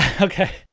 Okay